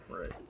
right